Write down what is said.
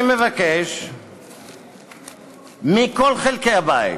אני מבקש מכל חלקי הבית,